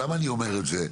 למה אני אומר את זה.